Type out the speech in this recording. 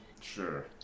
Sure